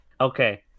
Okay